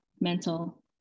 mental